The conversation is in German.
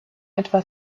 etwa